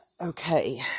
okay